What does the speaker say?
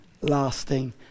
lasting